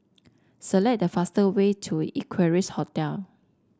select the fast way to Equarius Hotel